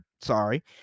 sorry